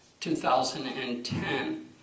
2010